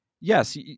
yes